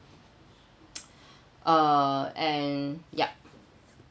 uh and yup